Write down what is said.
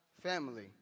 family